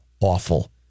awful